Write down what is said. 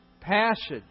passage